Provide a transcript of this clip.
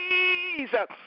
Jesus